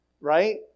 right